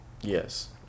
yes